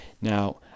Now